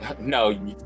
No